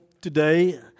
today